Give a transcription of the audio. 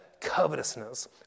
covetousness